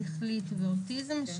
שכלית ואוטיזם,